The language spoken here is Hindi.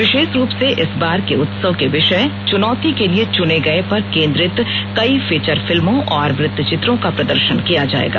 विशेष रूप से इस बार के उत्सव के विषय चुनौती के लिए चुने गये पर केन्द्रित कई फीचर फिल्मों और वृत चित्रों का प्रदर्शन किया जाएगा